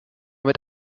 mit